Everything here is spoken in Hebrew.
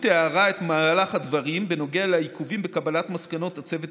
תיארה את מהלך הדברים בנוגע לעיכובים בקבלת מסקנות הצוות